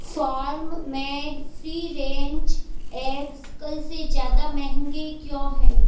farm made free range eggs कल से ज़्यादा महंगे क्यों हैं